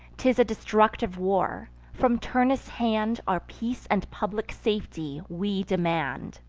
t is a destructive war from turnus' hand our peace and public safety we demand.